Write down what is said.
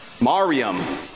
Mariam